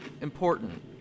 important